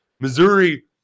Missouri